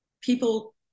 people